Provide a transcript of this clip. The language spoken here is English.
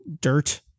dirt